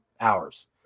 hours